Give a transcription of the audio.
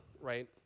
right